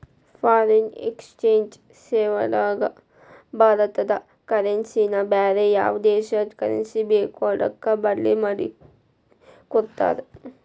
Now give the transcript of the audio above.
foreign exchange ಸೇವಾದಾಗ ಭಾರತದ currency ನ ಬ್ಯಾರೆ ಯಾವ್ ದೇಶದ್ ಕರೆನ್ಸಿ ಬೇಕೊ ಅದಕ್ಕ ಬದ್ಲಿಮಾದಿಕೊಡ್ತಾರ್